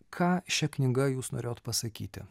ką šia knyga jūs norėjot pasakyti